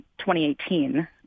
2018